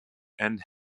and